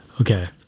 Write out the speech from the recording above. Okay